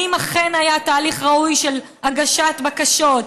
האם אכן היה תהליך ראוי של הגשת בקשות?